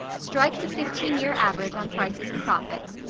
strike the fifteen-year average on prices and profits.